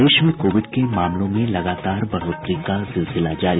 प्रदेश में कोविड के मामलों में लगातार बढ़ोतरी का सिलसिला जारी